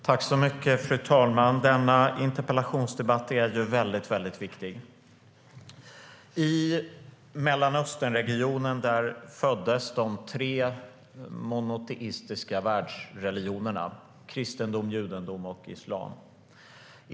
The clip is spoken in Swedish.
Fru talman! Denna interpellationsdebatt är väldigt viktig. I Mellanösternregionen föddes de tre monoteistiska världsregionerna kristendom, judendom och islam.